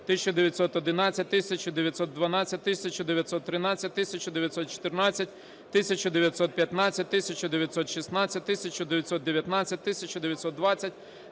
1911, 1912, 1913, 1914, 1915, 1916, 1919, 1920,